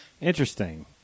Interesting